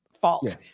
fault